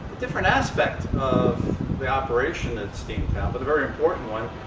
different aspect of the operation at steamtown, but a very important one.